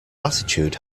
attitude